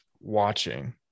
watching